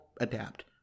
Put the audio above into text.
adapt